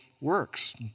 works